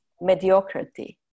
mediocrity